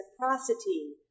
reciprocity